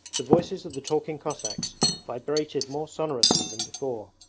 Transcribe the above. the voices of the talking cossacks vibrated more sonorously than before.